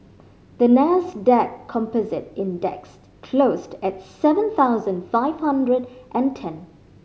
the Nasdaq Composite Index closed at seven thousand five hundred and ten